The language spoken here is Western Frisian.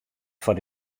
foar